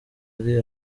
ari